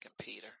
Peter